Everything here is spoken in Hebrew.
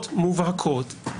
עבירות מובהקות,